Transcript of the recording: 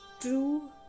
true